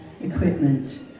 equipment